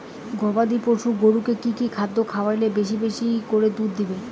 গবাদি পশু গরুকে কী কী খাদ্য খাওয়ালে বেশী বেশী করে দুধ দিবে?